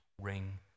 ring